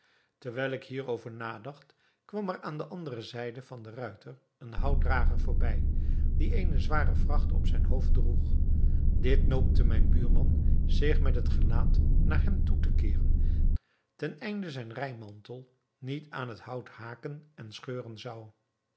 terwijl ik hierover nadacht kwam er aan de andere zijde van den ruiter een houtdrager voorbij die eene zware vracht op zijn hoofd droeg dit noopte mijn buurman zich met het gelaat naar hem toe te keeren ten einde zijn rijmantel niet aan het hout haken en scheuren zou